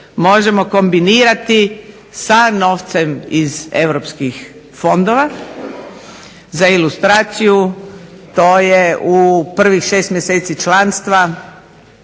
možemo kombinirati sa novcem iz europskih fondova. Za ilustraciju to je u prvih 6 mjeseci članstva